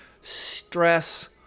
stress